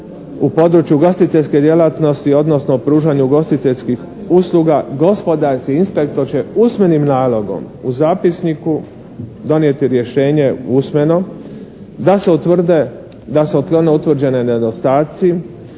u području ugostiteljske djelatnosti, odnosno pružanju ugostiteljskih usluga gospodarski inspektor će usmenim nalogom u zapisniku donijeti rješenje usvojeno da se utvrde, da se otklone utvrđeni nedostaci